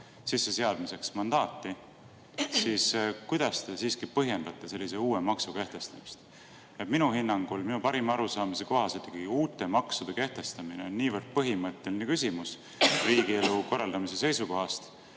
sisseseadmiseks mandaati, siis kuidas te põhjendate sellise uue maksu kehtestamist. Minu hinnangul, minu parima arusaamise kohaselt on uute maksude kehtestamine niivõrd põhimõtteline küsimus riigielu korraldamise seisukohast,